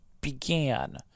began